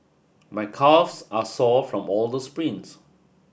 my calves are sore from all the sprints